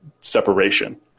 separation